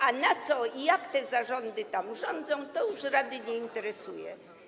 A na co i jak te zarządy tam rządzą, to już rady nie interesuje.